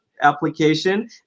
application